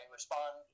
respond